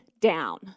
down